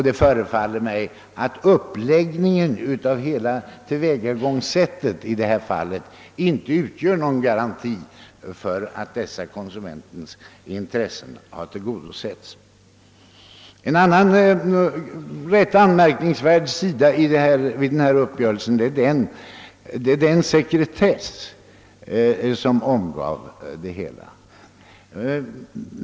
Det förefaller mig som om tillvägagångssättet i detta fall inte utgör någon garanti för att detta konsumentintresse har tillgodosetts. En annan rätt anmärkningsvärd sida av denna uppgörelse är den sekretess som omgav det hela.